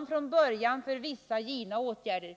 vi från början binda dem vid vissa givna åtgärder.